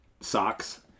socks